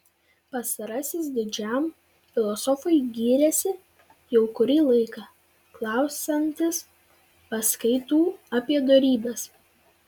pastarasis didžiam filosofui gyrėsi jau kurį laiką klausantis paskaitų apie dorybes